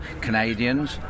Canadians